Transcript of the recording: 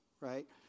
right